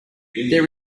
there